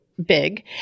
Big